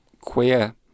queer